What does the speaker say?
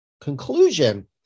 conclusion